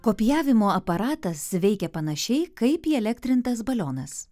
kopijavimo aparatas veikė panašiai kaip įelektrintas balionas